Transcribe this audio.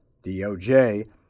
DOJ